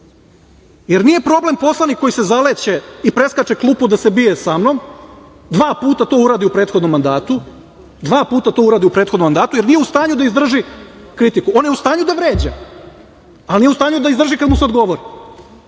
jer nije problem poslanik koji se zaleće i preskače klupu da se bije sa mnom dva puta to uradi u prethodnom mandatu, dva puta to uradi u prethodnom mandatu, jer nije u stanju da izdrži kritiku, on je u stanju da vređa, a nije u stanju da izdrži kada mu se odgovori. Pa